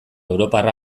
europarra